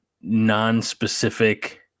non-specific